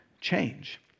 change